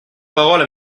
parole